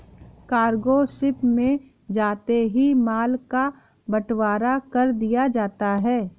cargo ship में जाते ही माल का बंटवारा कर दिया जाता है